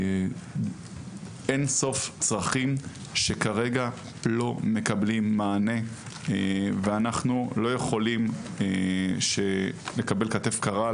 יש אין ספור צרכים שכרגע לא מקבלים מענה ואנחנו לא יכולים לקבל כתף קרה.